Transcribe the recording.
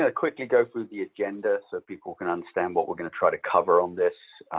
ah quickly go through the agenda so people can understand what we're going to try to cover on this.